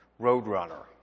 Roadrunner